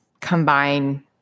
combine